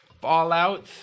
Fallout